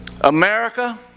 America